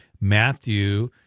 Matthew